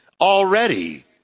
already